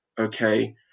okay